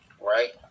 right